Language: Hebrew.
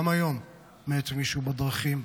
גם היום מת מישהו בדרכים.